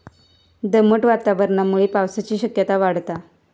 दमट वातावरणामुळे पावसाची शक्यता वाढता